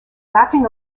laughing